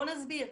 בואו נסביר,